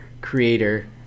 creator